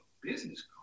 business